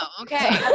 okay